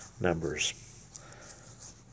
numbers